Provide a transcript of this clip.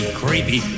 creepy